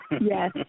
Yes